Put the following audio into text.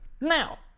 Now